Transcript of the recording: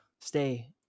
Stay